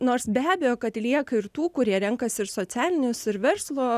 nors be abejo kad lieka ir tų kurie renkasi ir socialinius ir verslo